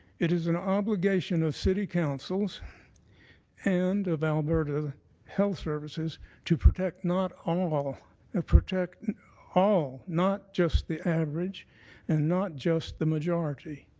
it is an obligation of city councils and of alberta health services to protect not all ah ah protect and all, not just the average and not just the majority.